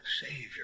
savior